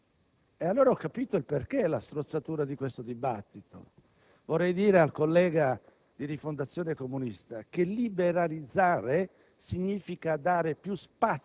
tempi. Qualche minuto fa, ho sentito un collega di Rifondazione Comunista dire: per noi «liberalizzazione» significa «semplificazione».